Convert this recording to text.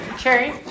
Cherry